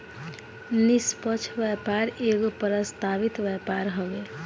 निष्पक्ष व्यापार एगो प्रस्तावित व्यापार हवे